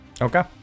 Okay